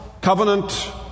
covenant